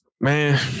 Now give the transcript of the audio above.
man